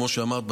וכמו שאמרת,